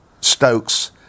Stokes